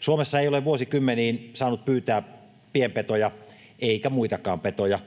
Suomessa ei ole vuosikymmeniin saanut pyytää pienpetoja eikä muitakaan petoja